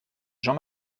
jean